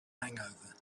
hangover